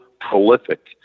prolific